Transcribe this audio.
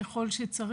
ככול שצריך,